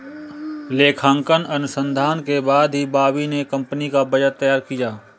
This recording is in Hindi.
लेखांकन अनुसंधान के बाद ही बॉबी ने कंपनी का बजट तैयार किया